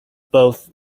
both